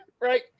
Right